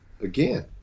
again